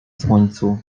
słońcu